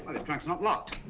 this trunk's not locked.